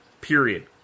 period